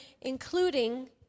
including